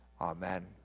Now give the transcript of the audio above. Amen